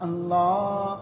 Allah